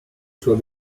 soit